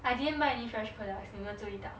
I didn't buy any fresh products 妳有没有注意到